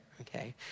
Okay